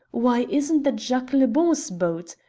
why, isn't that jacques le bon's boat?